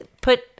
put